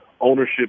ownership